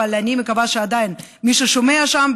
אבל אני מקווה שעדין מי ששומע שם,